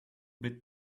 bit